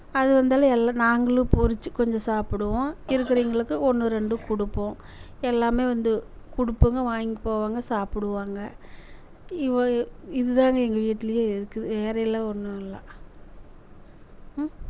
அது வந்தாலும் எல்லா நாங்களும் பறிச்சி கொஞ்சம் சாப்பிடுவோம் இருக்கிறவிங்களுக்கு ஒன்று ரெண்டு கொடுப்போம் எல்லாமே வந்து கொடுப்போங்க வாங்கிகிட்டு போவாங்க சாப்பிடுவாங்க இது தாங்க எங்கள் வீட்லேயே இருக்கு வேறயெல்லாம் ஒன்றும் இல்லை ம்